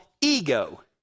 ego